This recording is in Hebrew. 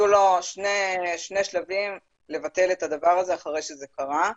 יהיו לו שני שלבים לבטל את הדבר הזה אחרי שזה קרה.